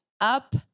up